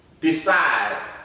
decide